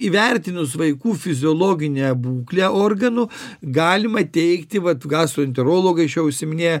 įvertinus vaikų fiziologinę būklę organų galima teigti vat gastroenterologai šiuo užsiminėja